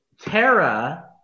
Tara